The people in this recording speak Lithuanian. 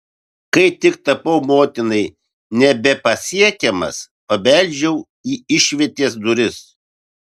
kai tik tapau motinai nebepasiekiamas pabeldžiau į išvietės duris